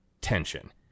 tension